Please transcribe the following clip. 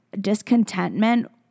discontentment